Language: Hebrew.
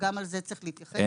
שגם לזה צריך להתייחס.